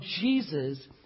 Jesus